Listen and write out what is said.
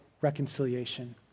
reconciliation